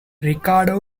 ricardo